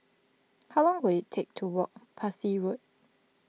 how long will it take to walk Parsi Road